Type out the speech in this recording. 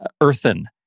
earthen